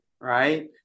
right